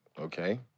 okay